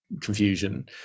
confusion